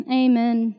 amen